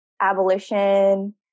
abolition